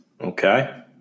Okay